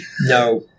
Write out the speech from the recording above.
No